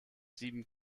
sieben